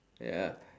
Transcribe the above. ya